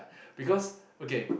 because okay